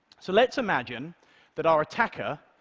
so let's imagine that our attacker,